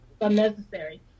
unnecessary